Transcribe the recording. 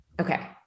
Okay